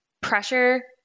pressure